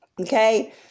okay